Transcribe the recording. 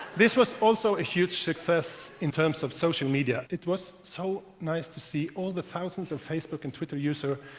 this was also a huge success in terms of social media. it was so nice to see all the thousands of facebook and twitter users